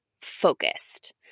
focused